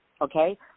okay